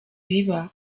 biba